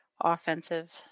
offensive